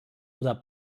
oder